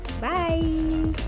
Bye